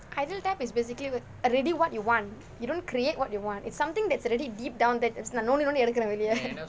ideal type is basically already what you want you don't create what you want it's something that's already deep down that is நொண்டி நொண்டி எடுக்கிறேன் வெளியே:nondi nondi edukkiren veliye